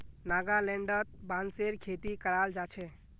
नागालैंडत बांसेर खेती कराल जा छे